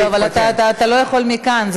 אבל אתה לא יכול מכאן,